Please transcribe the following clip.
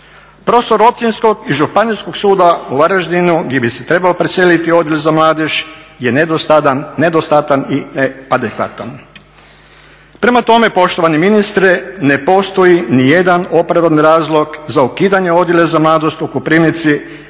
Prostor Općinskog i Županijskog suda u Varaždinu gdje bi se trebao preseliti Odjel za mladež je nedostatan i adekvatan. Prema tome, poštovani ministre, ne postoji ni jedan opravdani razlog za ukidanje Odjela za mladež u Koprivnici,